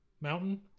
Mountain